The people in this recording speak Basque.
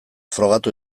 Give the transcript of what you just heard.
frogatu